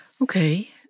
Okay